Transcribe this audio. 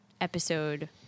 episode